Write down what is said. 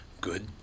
Good